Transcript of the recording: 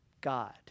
God